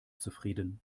zufrieden